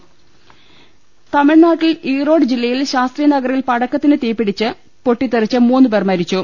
ൾ ൽ ൾ തമിഴ്നാട്ടിൽ ഈറോഡ് ജില്ലയിൽ ശാസ്ത്രി നഗറിൽ പടക്കത്തിന് തീ പിടിച്ച് പൊട്ടിത്തെറിച്ച് മൂന്ന് പേർ മരിച്ചു